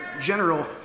general